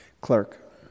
clerk